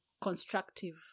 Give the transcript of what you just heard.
constructive